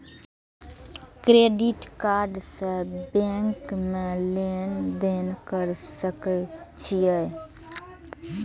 Credit card से bank में लेन देन कर सके छीये?